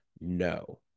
no